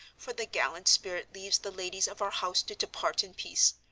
for the gallant spirit leaves the ladies of our house to depart in peace.